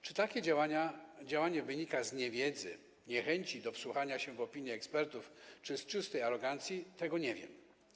Czy takie działanie wynika z niewiedzy, niechęci do wsłuchania się w opinię ekspertów, czy z czystej arogancji, tego nie wiem.